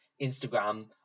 Instagram